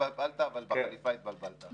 בחליפה התבלבלת.